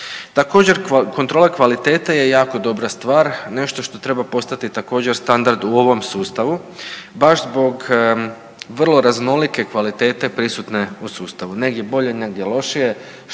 Također kontrola kvalitete je jako dobra stvar. Nešto što treba postati također standard u ovom sustavu baš zbog vrlo raznolike kvalitete prisutne u sustavu, negdje bolje, negdje lošije